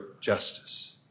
justice